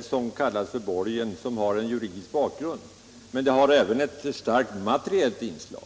som kallas för borgen och som har en juridisk bakgrund, men det har även ett starkt materiellt inslag.